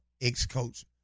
ex-coach